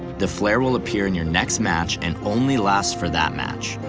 the flair will appear in your next match and only last for that match.